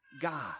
God